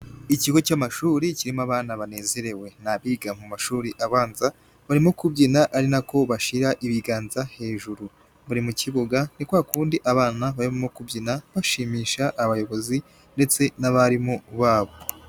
Ikigo cy’amashuri kirimo abana banezerewe n’abiga mu mashuri abanza, barimo kubyina ari nako bashyira ibiganza hejuru, bari mu kibuga, ni kwa kundi abana baba barimo kubyina bashimisha abayobozi ndetse n’abarimu babo.